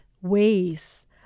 ways